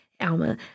Alma